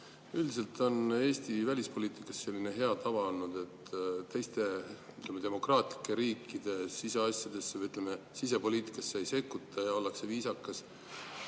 Üldiselt on Eesti välispoliitikas selline hea tava olnud, et teiste demokraatlike riikide siseasjadesse või, ütleme, sisepoliitikasse ei sekkuta ja ollakse viisakas.